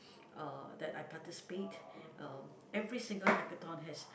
uh that I participate um every single hackathon has